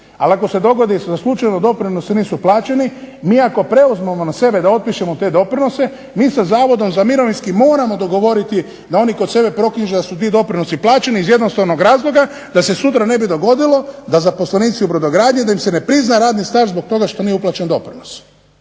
ali ako se dogodi da slučajno doprinosi nisu plaćeni mi ako preuzmemo na sebe da otpišemo te doprinose mi sa Zavodom za mirovinski moramo dogovoriti da oni kod sebe proknjiže da su ti doprinositi plaćeni iz jednostavnog razloga da se sutra ne bi dogodili da zaposlenici u brodogradnji da im se ne priznaje radni staž zbog toga što nije uplaćen doprinos.